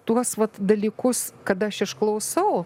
tuos vat dalykus kada aš išklausau